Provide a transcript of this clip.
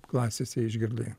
klasėse išgirdai